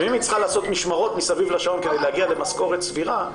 אם היא צריכה לעשות משמרות מסביב לשעון כדי להגיע למשכורת סבירה,